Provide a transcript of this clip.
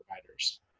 providers